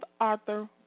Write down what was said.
Arthur